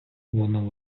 воно